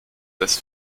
des